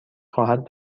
خواهد